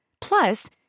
Plus